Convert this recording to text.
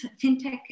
FinTech